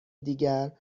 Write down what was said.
دیگر